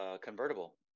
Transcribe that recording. convertible